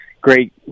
Great